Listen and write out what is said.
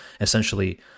essentially